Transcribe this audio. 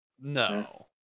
No